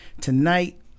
Tonight